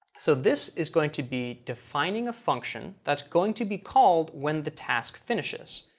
so this is going to be defining a function that's going to be called when the task finishes.